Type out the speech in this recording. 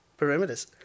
perimeters